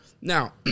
Now